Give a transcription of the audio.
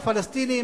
הפלסטינים,